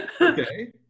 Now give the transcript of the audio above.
Okay